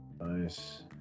Nice